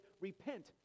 repent